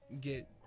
get